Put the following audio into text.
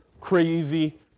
crazy